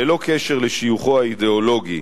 ללא קשר לשיוכו האידיאולוגי,